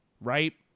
right